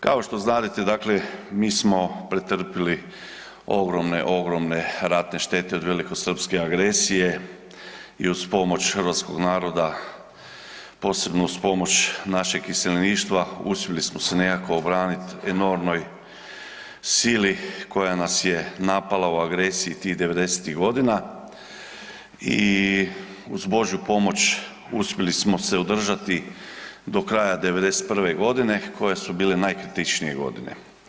Kao što znadete, dakle, mi smo pretrpili ogromne, ogromne ratne štete od velikosrpske agresije i uz pomoć hrvatskog naroda, posebno uz pomoć našeg iseljeništva uspjeli smo se nekako obraniti enormnoj sili koja nas je napala u agresiji tih 90-ih godina i uz Božju pomoć uspjeli smo se održati do kraja '91. g. koje su bile najkritičnije godine.